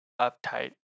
uptight